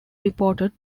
reported